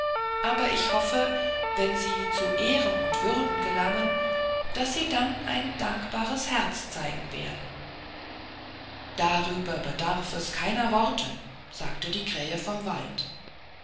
aber ich hoffe wenn sie zu ehren und würden gelangen daß sie dann ein dankbares herz zeigen werden darüber bedarf es keiner worte sagte die krähe vom wald